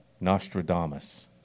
Nostradamus